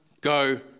go